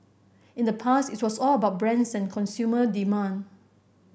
in the past it was all about brands and consumer demand